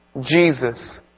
Jesus